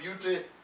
beauty